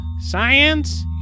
science